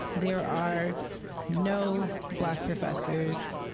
there are no black professors,